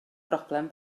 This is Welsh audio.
broblem